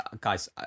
Guys